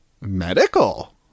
Medical